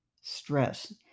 stress